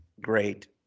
great